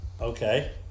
okay